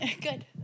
Good